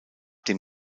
dem